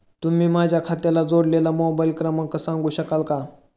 तुम्ही माझ्या खात्याला जोडलेला मोबाइल क्रमांक सांगू शकाल का?